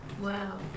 Wow